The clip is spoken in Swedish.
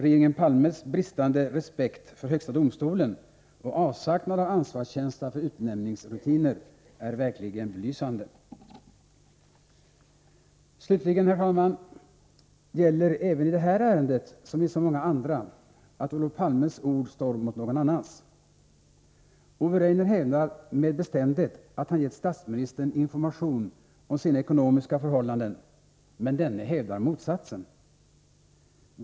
Regeringen Palmes bristande respekt för högsta domstolen och avsaknad av ansvarskänsla i samband med utnämningsrutiner är verkligen belysande. Slutligen, herr talman, gäller i det här ärendet som i så många andra att Olof Palmes ord står mot någon annans. Ove Rainer hävdar med bestämdhet att han gett statsministern information om sina ekonomiska förhållanden, men denne hävdar motsatsen.